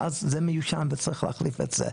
ואז זה מיושן וצריך להחליף את זה.